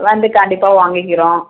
வந்து கண்டிப்பாக வாங்கிக்கிறோம்